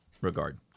regard